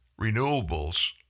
Renewables